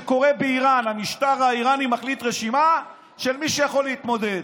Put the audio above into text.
כמו שקורה באיראן: המשטר האיראני מחליט על רשימה של מי שיכול להתמודד.